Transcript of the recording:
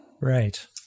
Right